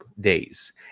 days